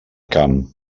camp